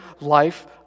life